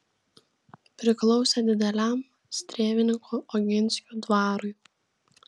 priklausė dideliam strėvininkų oginskių dvarui